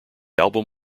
album